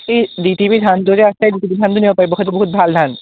এই D T B ধানতো যে আছে ডি টি বি ধানটো নিব পাৰিব সেইটো বহুত ভাল ধান